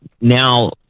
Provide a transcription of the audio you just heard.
now